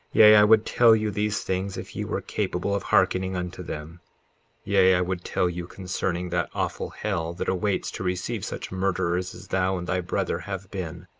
yea, i would tell you these things if ye were capable of hearkening unto them yea, i would tell you concerning that awful hell that awaits to receive such murderers as thou and thy brother have been,